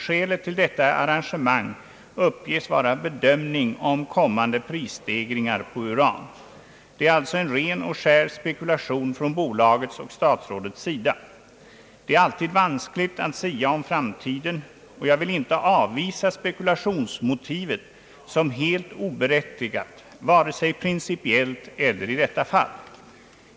Skälet till detta arrangemang uppges vara bedömning om kommande prisstegringar på uran. Det är alltså frå ga om en ren och skär spekulation från bolagets och statsrådets sida. Det är alltid vanskligt att sia om framtiden, och jag vill inte avvisa spekulationsmotivet som helt oberättigat, vare sig principiellt eller i detta fall.